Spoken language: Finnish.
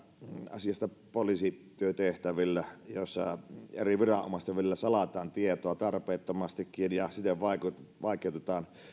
asiasta poliisityötehtävistä joissa eri viranomaisten välillä salataan tietoa tarpeettomastikin ja siten vaikeutetaan